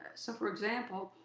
so for example,